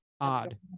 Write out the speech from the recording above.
odd